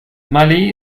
malé